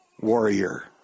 warrior